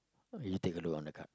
will you take a look on the card